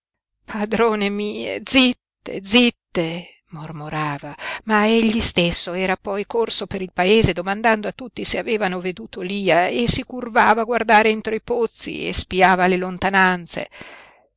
padrone mie zitte zitte mormorava ma egli stesso era poi corso per il paese domandando a tutti se avevano veduto lia e si curvava a guardare entro i pozzi e spiava le lontananze